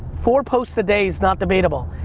four posts a day is not debatable.